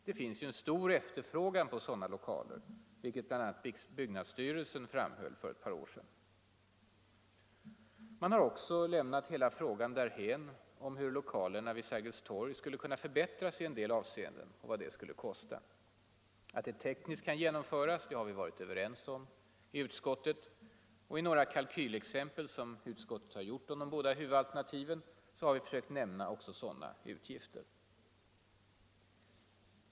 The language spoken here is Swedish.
Det finns ju en stor efterfrågan på sådana lokaler, vilket bl.a. byggnadsstyrelsen framhöll för ett par sår sedan. Man har också lämnat hela frågan därhän om hur lokalerna vid Sergels torg skulle kunna förbättras i en del avseenden och vad det skulle kosta. Att det tekniskt kan genomföras har vi varit överens om i utskottet. I några kalkylexempel, som utskottet har gjort om de båda huvudalternativen, har vi sökt nämna också sådana utgifter.